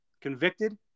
convicted